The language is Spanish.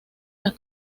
las